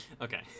Okay